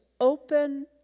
open